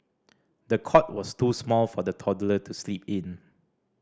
the cot was too small for the toddler to sleep in